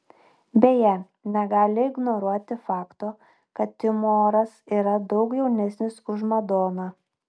beje negali ignoruoti fakto kad timoras yra daug jaunesnis už madoną